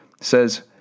says